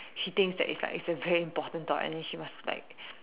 she thinks that it's a very important thought and then she must like